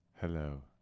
Hello